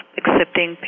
accepting